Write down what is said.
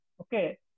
Okay